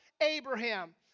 Abraham